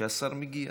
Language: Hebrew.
שהשר מגיע.